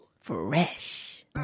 Fresh